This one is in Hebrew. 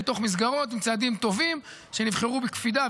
בתוך מסגרות עם צעדים טובים שנבחרו בקפידה,